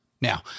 Now